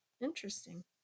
Interesting